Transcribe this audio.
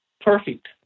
Perfect